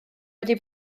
wedi